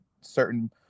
certain